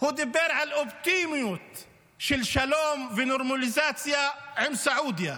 הוא דיבר על אופטימיות של שלום ונורמליזציה עם סעודיה.